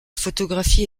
photographie